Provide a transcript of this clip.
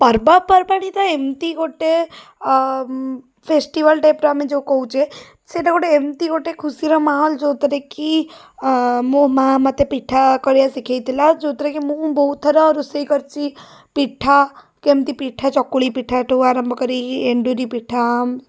ପର୍ବପର୍ବାଣି ତ ଏମିତି ଗୋଟେ ଅ ଫେଷ୍ଟିଭାଲ ଟାଇପ୍ର ଆମେ ଯେଉଁ କହୁଛେ ସେଇଟା ଗୋଟେ ଏମିତି ଗୋଟେ ଖୁସିର ମାହୋଲ ଯେଉଁଥିରେକି ମୋ ମା' ମୋତେ ପିଠା କରିବା ଶିଖେଇଥିଲା ଆଉ ଯେଉଁଥିରେକି ମୁଁ ବହୁତଥର ରୋଷେଇ କରିଛି ପିଠା କେମିତି ପିଠା ଚକୁଳିପିଠାଠୁ ଆରମ୍ଭ କରିକି ଏଣ୍ଡୁରି ପିଠା